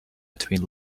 between